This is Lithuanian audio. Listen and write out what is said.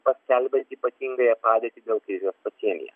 paskelbęs ypatingąją padėtį dėl kai pasienyje